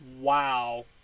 Wow